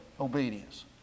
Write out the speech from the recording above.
Obedience